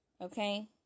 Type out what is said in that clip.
Okay